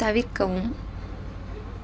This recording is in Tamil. தவிர்க்கவும்